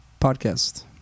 podcast